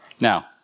Now